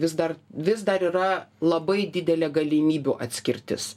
vis dar vis dar yra labai didelė galimybių atskirtis